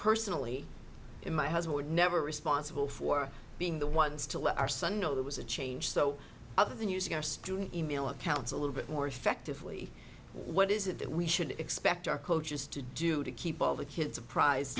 personally in my husband would never responsible for being the ones to let our son know that was a change so other than using our student e mail accounts a little bit more effectively what is it that we should expect our coaches to do to keep all the kids